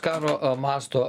karo masto